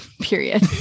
period